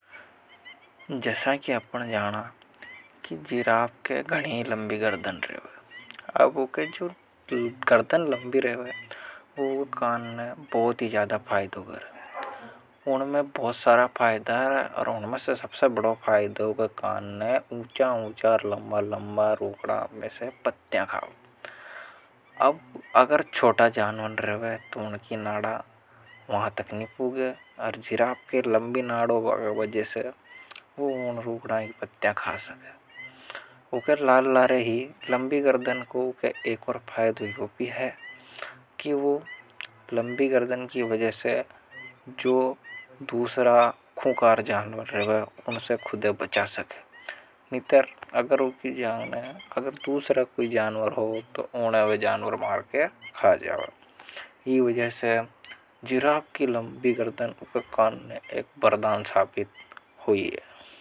जैसा कि अपन जाना कि जिराफ़ के गणी लंबी गर्दन रेवे अब उनके जो गर्दन लंबी रेवे वो कानने बहुत ही ज़्यादा फाइद करे। उनमें बहुत सारा फाइदा है और उनमें से सबसे बड़ा फाइद होगा कानने उचा उचा और लंबा लंबा रुकड़ा में से पत्ता काबों अब अगर छोटा जानवर रेवे। तो उनकी नाडा वहां तक नी पुंगे जिराफ के लम्बी नाड़ होंबा की वजह से ऊ। उन रुखड़ा की बत्तियां खा सके। उके लाल लारे ही लंबी गर्दन को एक और फायद यो भी है। कि वो लंबी गर्दन की वजह से जो दूसरा खुकार जानवर रेवे उनसे खुदे बचा सके। नितर अगर उकी जागने दूसरे कोई जानवर हो तो उन्हें वे जानवर मार के खा जावे। इन वजह से जिराब की लंबी गर्दन उककान ने एक बरदान साफित हुई है।